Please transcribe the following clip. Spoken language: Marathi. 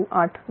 9989 cos2